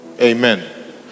Amen